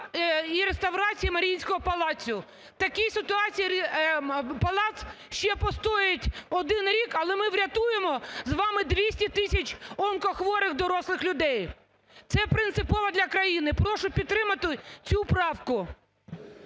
і реставрації Маріїнського палацу. В такій ситуації палац ще постоїть один рік, але ми врятуємо з вами 200 тисяч онкохворих дорослих людей. Це принципово для країни. Прошу підтримати цю правку.